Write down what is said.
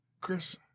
Chris